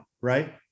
Right